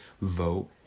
vote